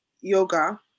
yoga